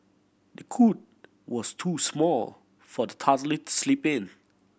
the cot was too small for the toddler to sleep in